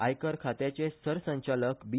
आयकर खात्याचे सरसंचालक बी